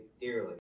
dearly